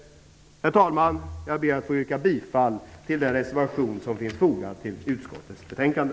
Herr talman! Jag ber att få yrka bifall till den reservation som finns fogad till utskottets betänkande.